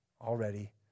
Already